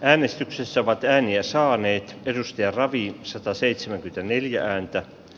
äänestyksessä vaatteen ja saaneet edustajat raviin sataseitsemänkymmentäneljä ääntä